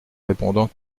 répondant